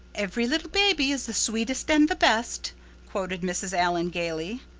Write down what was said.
every little baby is the sweetest and the best quoted mrs. allan gaily.